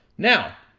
now,